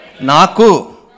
Naku